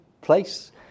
place